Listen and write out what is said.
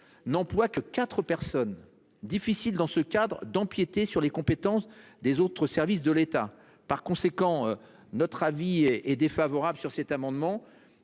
n'emploie que quatre personnes : difficile dans ce cadre d'empiéter sur les compétences des autres services de l'État. Par conséquent, l'avis est défavorable sur cet amendement